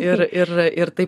ir ir ir tai